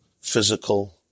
physical